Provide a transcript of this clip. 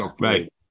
Right